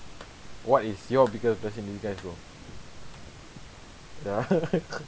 what is your biggest blessing in disguise bro ya